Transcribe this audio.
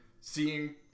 seeing